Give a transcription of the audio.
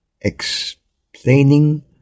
explaining